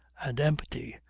and empty,